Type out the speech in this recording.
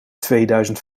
tweeduizend